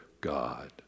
God